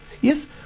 Yes